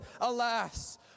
Alas